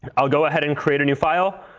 i'll go ahead and create a new file.